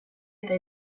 eta